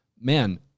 man